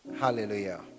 Hallelujah